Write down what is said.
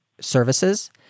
Services